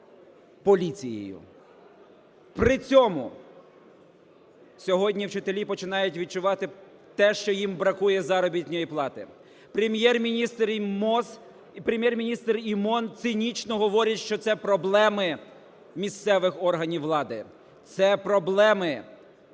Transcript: При цьому сьогодні вчителі починають відчувати те, що їм бракує заробітної плати. Прем'єр-міністр і МОЗ, Прем'єр-міністр і МОН цинічно говорять, що це проблеми місцевих органів влади. Це проблеми